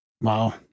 Wow